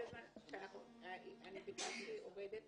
אני קיבלתי עובדת